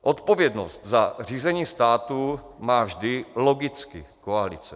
Odpovědnost za řízení státu má vždy logicky koalice.